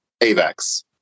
AVEX